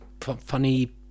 funny